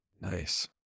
Nice